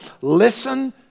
listen